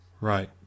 Right